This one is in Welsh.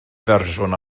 fersiwn